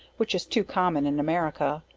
which is too common in america.